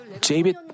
David